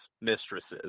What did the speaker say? mistresses